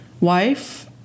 wife